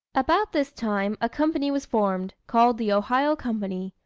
about this time, a company was formed, called the ohio company,